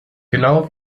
genau